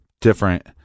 different